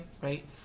right